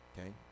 okay